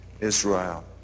israel